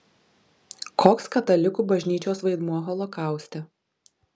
koks katalikų bažnyčios vaidmuo holokauste